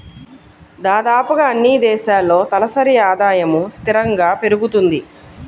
దాదాపుగా అన్నీ దేశాల్లో తలసరి ఆదాయము స్థిరంగా పెరుగుతుంది